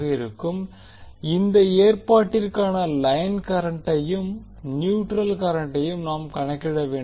இருக்கும் இந்த ஏற்பாட்டிற்கான லைன் கரண்டையும் நியூட்ரல் கரண்டையும் நியூட்ரல் கரண்ட் நாம் கணக்கிட வேண்டும்